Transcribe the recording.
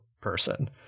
person